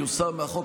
יוסר מהחוק,